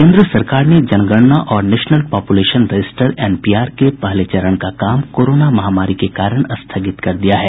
केन्द्र सरकार ने जनगणना और नेशनल पॉपुलेशन रजिस्टर एनपीआर के पहले चरण का काम कोरोना महामारी के कारण स्थगित कर दिया है